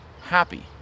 happy